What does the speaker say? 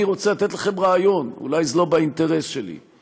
אני רוצה לתת לכם רעיון, אולי זה לא באינטרס שלי: